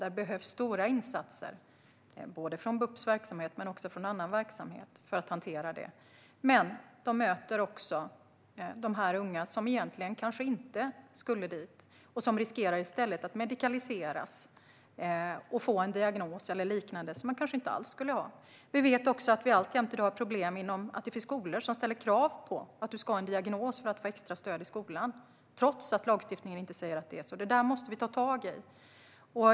Det behövs stora insatser från BUP:s verksamhet men också från annan verksamhet för att hantera det. Men de möter också de unga som kanske egentligen inte skulle dit och som löper risk att medikaliseras och få en diagnos eller liknande som de kanske inte alls skulle ha. Vi vet också att vi i dag alltjämt har problemet att det finns skolor som ställer kravet att du ska ha en diagnos för att få extra stöd i skolan, trots att lagstiftningen inte säger att det är så. Det måste vi ta tag i.